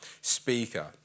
speaker